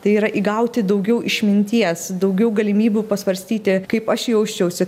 tai yra įgauti daugiau išminties daugiau galimybių pasvarstyti kaip aš jausčiausi